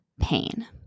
pain